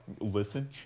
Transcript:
listen